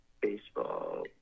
Baseball